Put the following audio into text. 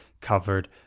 covered